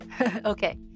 Okay